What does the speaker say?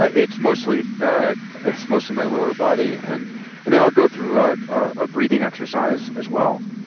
ah it's mostly it's mostly my lower body, and then i'll go through a ah breathing exercise as well,